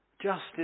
Justice